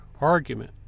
argument